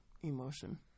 emotion